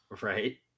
Right